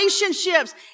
relationships